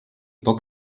poc